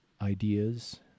ideas